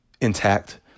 intact